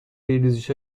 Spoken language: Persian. ریزش